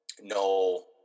no